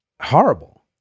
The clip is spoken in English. horrible